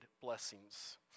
blessings